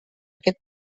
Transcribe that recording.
aquest